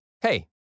Hey